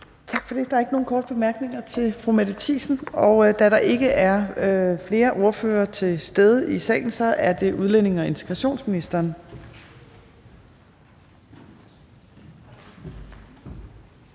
Tak for det. Der er ikke nogen korte bemærkninger til fru Mette Thiesen. Da der ikke er flere ordførere til stede i salen, er det udlændinge- og integrationsministeren.